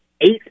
eight